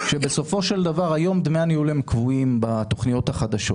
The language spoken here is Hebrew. בסופו של דבר היום דמי ניהול הם קבועים בתוכניות החדשות.